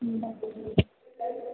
bye